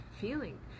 feeling